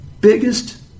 biggest